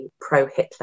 pro-Hitler